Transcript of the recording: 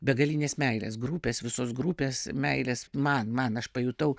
begalinės meilės grupės visos grupės meilės man man aš pajutau